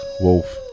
Wolf